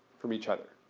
from each other.